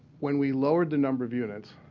when we lowered the number of units,